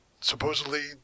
supposedly